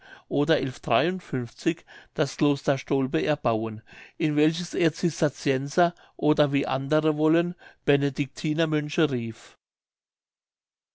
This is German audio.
oder das kloster stolpe erbauen in welches er cistercienser oder wie andere wollen benediktiner mönche rief